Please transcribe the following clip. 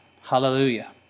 Hallelujah